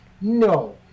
No